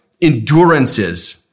endurances